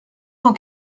cent